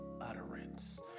utterance